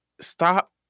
Stop